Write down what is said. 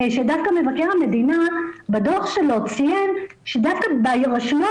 שדווקא מבקר המדינה בדו"ח שלו ציין שדווקא ברשויות